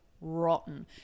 rotten